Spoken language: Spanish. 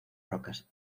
rocas